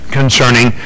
concerning